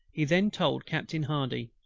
he then told captain hardy,